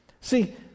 See